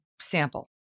sample